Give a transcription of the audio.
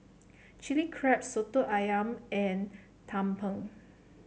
Chilli Crab Soto ayam and Tumpeng